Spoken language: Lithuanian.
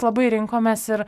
labai rinkomės ir